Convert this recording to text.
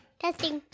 testing